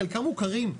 חלקם מוכרים.